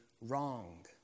wrong